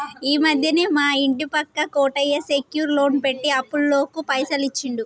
ఈ మధ్యనే మా ఇంటి పక్క కోటయ్య సెక్యూర్ లోన్ పెట్టి అప్పులోళ్లకు పైసలు ఇచ్చిండు